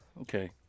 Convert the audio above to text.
okay